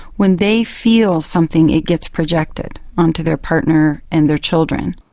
when they feel something it gets projected onto their partner and their children.